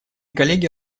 коллеги